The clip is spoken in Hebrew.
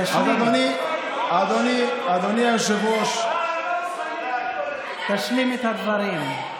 אדוני היושב-ראש, תשלים את הדברים.